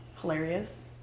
hilarious